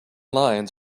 lions